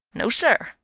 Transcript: no, sir!